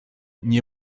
nie